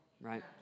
right